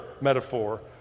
metaphor